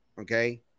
okay